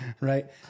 right